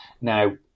now